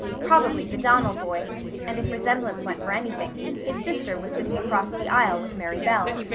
probably the donnell boy and if resemblance went for anything, his sister was sitting across the aisle with mary bell.